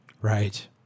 Right